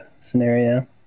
scenario